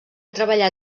treballar